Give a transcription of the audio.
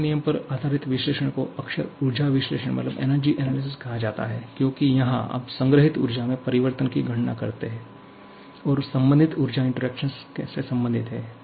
पहले नियम पर आधारित विश्लेषण को अक्सर ऊर्जा विश्लेषण कहा जाता है क्योंकि यहां आप संग्रहीत ऊर्जा में परिवर्तन की गणना करने और संबंधित ऊर्जा इंटरेक्शन से संबंधित हैं